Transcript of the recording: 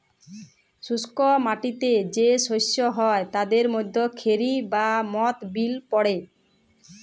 শুস্ক মাটিতে যে শস্য হ্যয় তাদের মধ্যে খেরি বা মথ বিল পড়ে